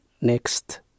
next